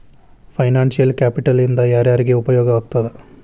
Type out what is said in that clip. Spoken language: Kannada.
ಫೈನಾನ್ಸಿಯಲ್ ಕ್ಯಾಪಿಟಲ್ ಇಂದಾ ಯಾರ್ಯಾರಿಗೆ ಉಪಯೊಗಾಗ್ತದ?